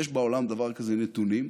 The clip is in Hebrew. יש בעולם דבר כזה נתונים,